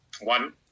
One